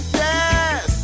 yes